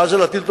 מה זאת אומרת?